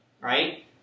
right